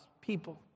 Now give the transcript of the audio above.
people